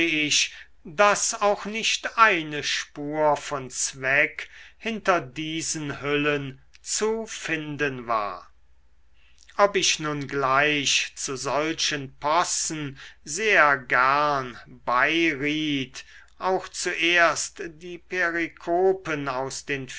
ich daß auch nicht eine spur von zweck hinter diesen hüllen finden war ob ich nun gleich zu solchen possen sehr gern beiriet auch zuerst die perikopen aus den